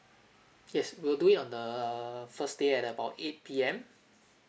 yes we'll do it on err first day at about eight P_M